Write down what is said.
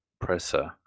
presser